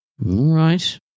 Right